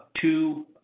two